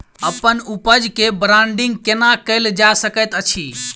अप्पन उपज केँ ब्रांडिंग केना कैल जा सकैत अछि?